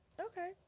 Okay